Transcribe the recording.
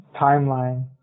timeline